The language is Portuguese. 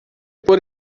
por